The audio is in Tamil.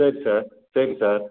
சரி சார் சரி சார்